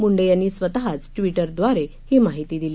मुंडे यांनी स्वतःच ट्विटरद्वारे ही माहिती दिली